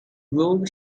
blue